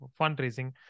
fundraising